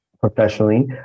professionally